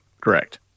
correct